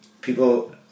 people